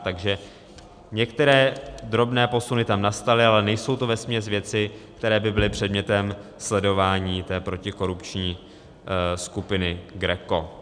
Takže některé drobné posuny tam nastaly, ale nejsou to vesměs věci, které by byly předmětem sledování té protikorupční skupiny GRECO.